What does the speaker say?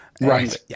right